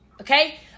Okay